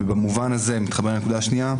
ובמובן הזה אני מתחבר לנקודה השנייה,